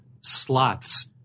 slots